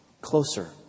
closer